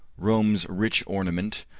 rome's rich ornament,